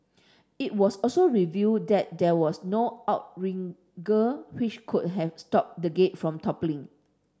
it was also revealed that there was no outrigger which could have stopped the gate from toppling